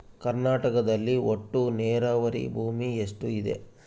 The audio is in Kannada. ಕರ್ನಾಟಕದಲ್ಲಿ ಒಟ್ಟು ನೇರಾವರಿ ಭೂಮಿ ಎಷ್ಟು ಇದೆ?